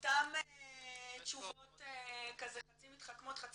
אותן תשובות חצי מתחכמות, חצי